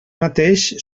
mateix